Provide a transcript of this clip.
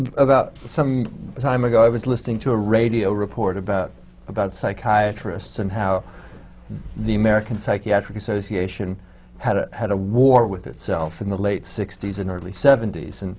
um some time ago, i was listening to a radio report about about psychiatrists and how the american psychiatric association had ah had a war with itself in the late sixties and early seventies. and